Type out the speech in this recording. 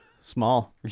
small